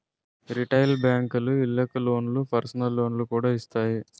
retail బేంకులు ఇళ్ళకి లోన్లు, పర్సనల్ లోన్లు కూడా ఇత్తాయి